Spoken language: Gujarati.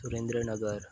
સુરેન્દ્રનગર